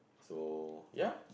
so ya